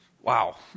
Wow